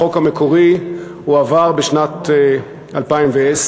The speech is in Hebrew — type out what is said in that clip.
החוק המקורי הועבר בשנת 2010,